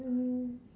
mm